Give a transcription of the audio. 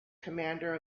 commander